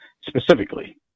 specifically